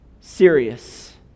serious